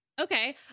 Okay